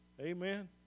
Amen